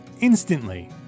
instantly